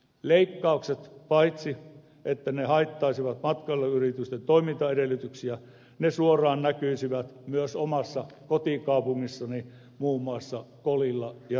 leikkaukset paitsi että ne haittaisivat matkailuyritysten toimintaedellytyksiä näkyisivät suoraan myös omassa kotikaupungissani muun muassa kolilla ja ruunaassa